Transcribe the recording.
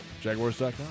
Jaguars.com